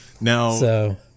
Now